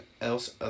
else